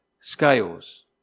scales